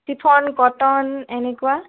chiffon cotton এনেকুৱা